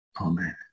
amen